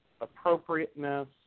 appropriateness